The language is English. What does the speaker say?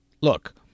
Look